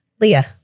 Leah